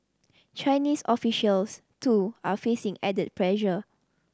Chinese officials too are facing added pressure